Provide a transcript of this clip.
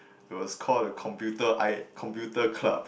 it was call the computer I computer club